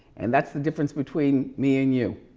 and that's the difference between me and you.